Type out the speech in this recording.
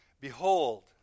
Behold